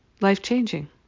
life-changing